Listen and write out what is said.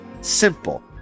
Simple